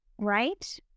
right